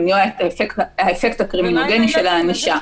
למנוע את האפקט הקרימינוגני של הענישה.